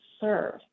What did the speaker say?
serve